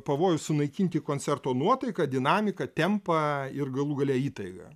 pavojus sunaikinti koncerto nuotaiką dinamiką tempą ir galų gale įtaigą